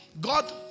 God